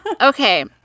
Okay